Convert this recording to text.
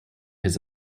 his